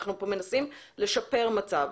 אנחנו מנסים לשפר מצב,